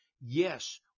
yes